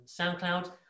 SoundCloud